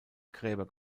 gräber